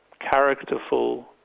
characterful